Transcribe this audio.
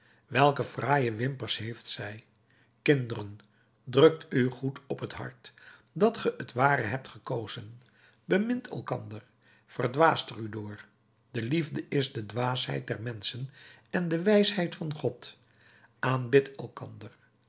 welke fraaie wimpers heeft zij kinderen drukt u goed op het hart dat ge het ware hebt gekozen bemint elkander verdwaast er u door de liefde is de dwaasheid der menschen en de wijsheid van god aanbidt elkander